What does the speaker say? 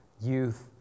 youth